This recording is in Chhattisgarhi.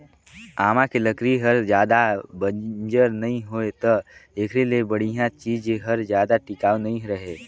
आमा के लकरी हर जादा बंजर नइ होय त एखरे ले बड़िहा चीज हर जादा टिकाऊ नइ रहें